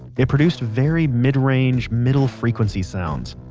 it produced very mid-range, middle frequency sounds.